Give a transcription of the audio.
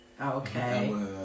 okay